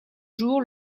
jours